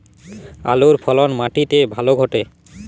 আলুর ফলন মাটি তে ভালো ঘটে?